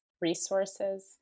resources